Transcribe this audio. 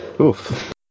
Oof